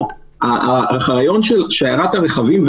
הרעיון של שיירת הרכבים,